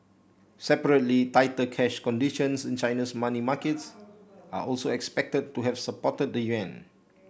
separately tighter cash conditions in China's money markets are also expected to have supported the yuan